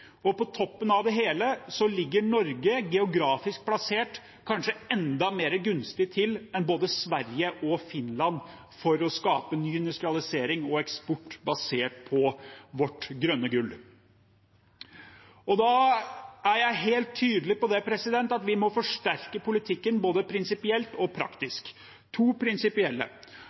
Og på toppen av det hele ligger Norge kanskje enda mer gunstig plassert geografisk enn både Sverige og Finland med tanke på å skape ny industrialisering og eksport basert på vårt grønne gull. Jeg er helt tydelig på at vi må forsterke politikken både prinsipielt og praktisk. To prinsipielle